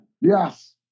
Yes